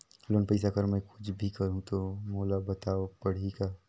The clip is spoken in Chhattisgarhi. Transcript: लोन पइसा कर मै कुछ भी करहु तो मोला बताव पड़ही का?